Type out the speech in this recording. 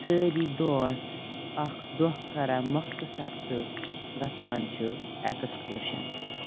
سٲری دوس اَکھ دۄہ کَران مۄختصَر تہٕ گَژھان چھِ ایکٕسکرشن